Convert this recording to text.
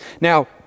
Now